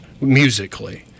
musically